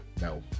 No